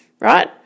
right